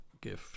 gift